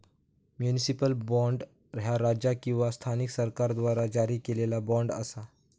municipal bond, ह्या राज्य किंवा स्थानिक सरकाराद्वारा जारी केलेला बॉण्ड असा